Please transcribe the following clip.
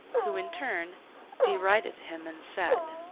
who in turn derided him and said,